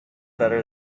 better